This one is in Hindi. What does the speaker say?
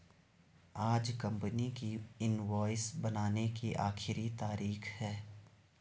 आज कंपनी की इनवॉइस बनाने की आखिरी तारीख है